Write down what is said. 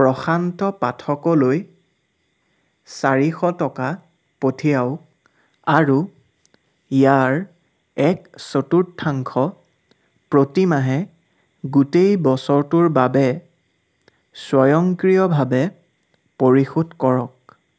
প্ৰশান্ত পাঠকলৈ চাৰিশ টকা পঠিয়াওক আৰু ইয়াৰ এক চতুৰ্থাংশ প্ৰতিমাহে গোটেই বছৰটোৰ বাবে স্বয়ংক্ৰিয়ভাৱে পৰিশোধ কৰক